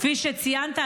כפי שציינת,